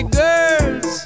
girls